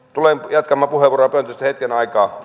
jatkamaan puheenvuoroa pöntöstä hetken aikaa